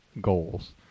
goals